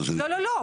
לא, לא.